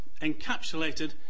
encapsulated